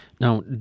Now